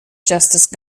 justice